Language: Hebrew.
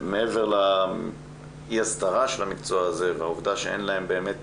מעבר לאי-הסדרת המקצוע הזה והעובדה שאין להן באמת